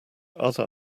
other